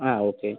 ആ ഓക്കെ